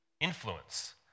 influence